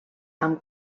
amb